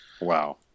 Wow